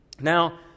Now